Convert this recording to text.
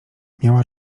miała